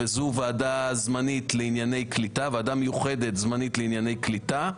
וזו ועדה מיוחדת זמנית לענייני קליטה.